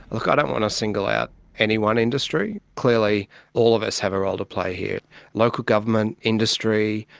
look, i don't want to single out any one industry. clearly all of us have a role to play here local government, industry,